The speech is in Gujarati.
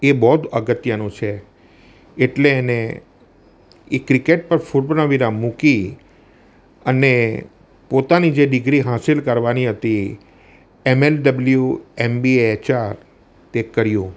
એ બહું જ અગત્યનું છે એટલે એણે એ ક્રિકેટ પર પૂર્ણવિરામ મૂકી અને પોતાની જે ડિગ્રી હાસિલ કરવાની હતી એમએનડબલ્યુ એમબીએ એચઆર તે કર્યું